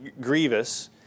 grievous